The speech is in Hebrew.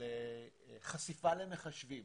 לחשיפה למחשבים